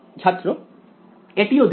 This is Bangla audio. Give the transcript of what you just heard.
ছাত্র এটিও দেবে